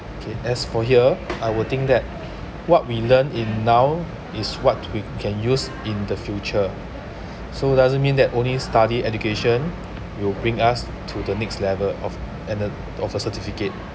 okay as for here I would think that what we learned in now is what we can use in the future so doesn't mean that only study education will bring us to the next level of an a of a certificate